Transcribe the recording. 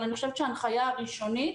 אני חושבת שההנחיה הראשונית